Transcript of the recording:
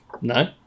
No